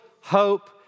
hope